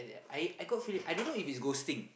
I I got f~ I don't know if it's ghosting